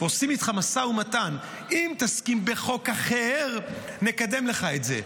ועושים איתך משא ומתן: אם תסכים בחוק אחר נקדם לך את זה,